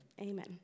amen